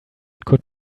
could